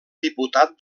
diputat